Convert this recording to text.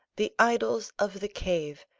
the idols of the cave,